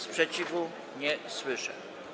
Sprzeciwu nie słyszę.